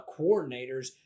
coordinators